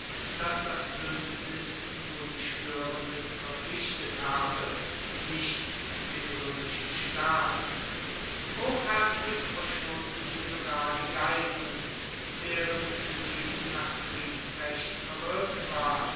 dass das buendnis nur die schwoerenden verpflichtet habe nicht den roemischen staat hochherzig verschonten sie sogar die geiseln deren leben nach kriegsrecht verwirkt war